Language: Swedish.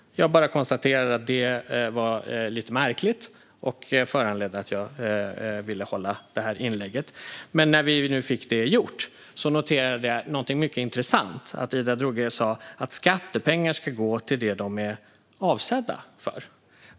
Jag konstaterar att detta var lite märkligt och att det föranledde att jag ville göra mitt inlägg. När jag nu hade fått detta gjort noterade jag någonting mycket intressant, nämligen att Ida Drougge sa att skattepengar ska gå till det som de är avsedda för.